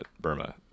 burma